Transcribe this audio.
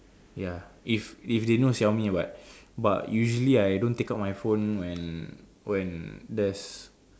ya if if they know Xiaomi but but usually I don't take out my phone when when there's